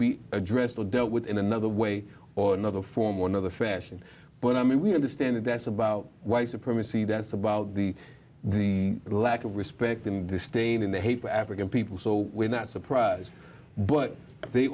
be addressed or dealt with in another way or another form or another fashion but i mean we understand that that's about white supremacy that's about the lack of respect in the state in the hague for african people so we're not surprised but they